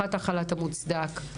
הארכת החל"ת המוצדק.